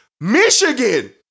Michigan